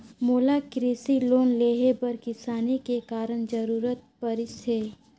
मोला कृसि लोन लेहे बर किसानी के कारण जरूरत परिस हे